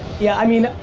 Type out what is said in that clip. yeah i mean,